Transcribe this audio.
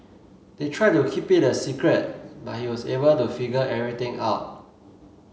they tried to keep it a secret but he was able to figure everything out